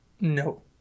No